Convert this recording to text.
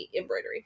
Embroidery